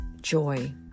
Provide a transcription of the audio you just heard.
joy